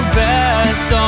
best